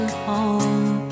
home